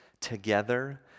together